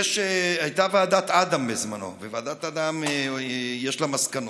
הייתה ועדת אדם בזמנו, ולוועדת אדם יש מסקנות.